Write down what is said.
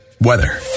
Weather